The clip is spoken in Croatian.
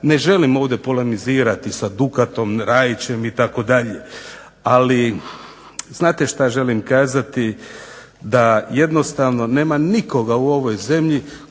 ne želim ovdje polemizirati sa Dukatom, Raićem itd. Ali znate šta želim kazati, da jednostavno nema nikoga u ovoj zemlji